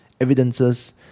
evidences